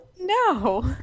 no